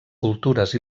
cultures